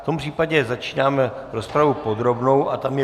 V tom případě začínáme rozpravu podrobnou a tam je...